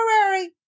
temporary